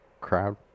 crowd